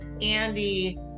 Andy